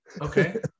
Okay